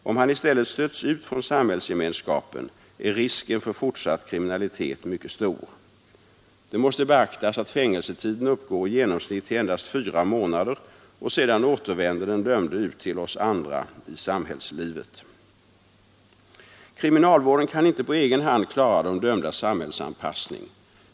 Om han i stället stöts ut från samhällsgemenskapen är risken för fortsatt kriminalitet mycket stor. Det måste beaktas att fängelsetiden uppgår till i genomsnitt endast fyra månader, och sedan återvänder den dömde ut till oss andra i samhällslivet. Kriminalvården kan inte på egen hand klara de dömdas samhällsanpassning.